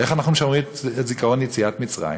איך אנחנו משמרים את זיכרון יציאת מצרים?